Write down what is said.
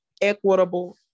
equitable